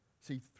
See